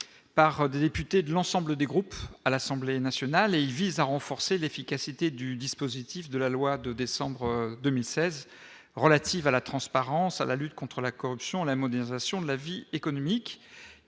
par des députés de l'ensemble des groupes à l'Assemblée nationale et il vise à renforcer l'efficacité du dispositif de la loi de décembre 2016 relative à la transparence, à la lutte contre la corruption, à la modernisation de la vie économique